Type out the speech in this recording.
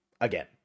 again